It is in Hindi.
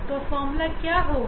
तो फार्मूला क्या होगा